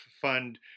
fund